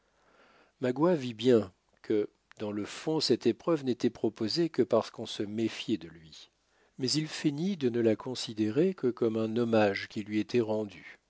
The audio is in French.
magua vit bien que dans le fond cette épreuve n'était proposée que parce qu'on se méfiait de lui mais il feignit de ne la considérer que comme un hommage qui lui était rendu